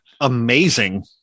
amazing